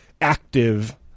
active